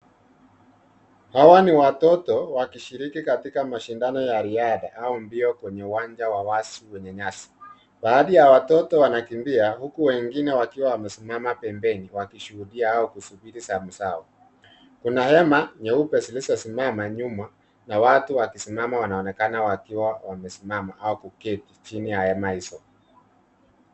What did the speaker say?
Hawa ni watoto wakishiriki katika mashindano ya riadha au mbio kwenye uwanja wa wazi wenye nyasi. Baadhi ya watoto wanakimbia huku wengine wakiwa wamesimama pembeni wakishuhudia au kusubiri zamu zao. Kuna hema nyeupe zilizosimama nyuma na watu wakisimama, wanaonekana wakiwa wamesimama au kuketi chini ya hema hizo.